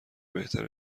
بهتر